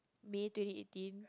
May twenty eighteen